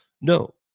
No